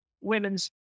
women's